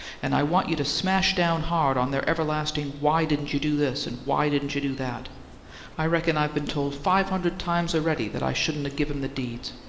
and i want you to smash down hard on their everlasting, why didn't you do this and why didn't you do that i reckon i've been told five hundred times a-ready that i shouldn't a-give him the deeds.